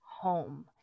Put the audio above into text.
home